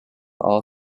all